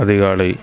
அதிகாலை